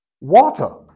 Water